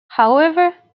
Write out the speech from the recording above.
however